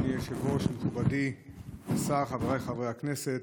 אדוני היושב-ראש, מכובדי השר, חבריי חברי הכנסת,